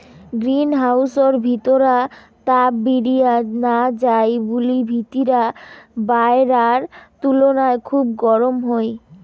green হাউসর ভিতিরা তাপ বিরিয়া না যাই বুলি ভিতিরা বায়রার তুলুনায় খুব গরম হই